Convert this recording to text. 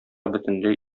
бөтенләй